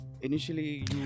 initially